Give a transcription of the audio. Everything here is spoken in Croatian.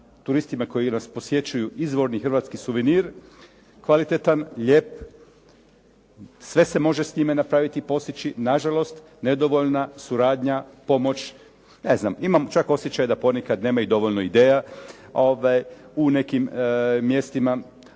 turistima koji nas posjećuju izvorni hrvatski suvenir kvalitetan, lijep. Sve se može s njime napraviti i postići. Nažalost, nedovoljna suradnja, pomoć. Imam čak osjećaj da ponekad nema i dovoljno ideja u nekim mjestima.